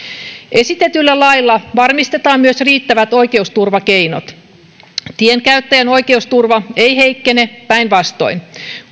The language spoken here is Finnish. esitetyllä lailla varmistetaan myös riittävät oikeusturvakeinot tienkäyttäjän oikeusturva ei heikkene päinvastoin